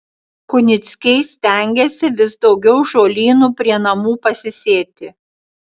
kunickiai stengiasi vis daugiau žolynų prie namų pasisėti